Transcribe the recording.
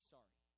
Sorry